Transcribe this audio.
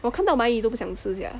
我看到蚂蚁都不想吃 sia